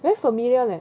very familiar leh